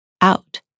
out